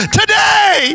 today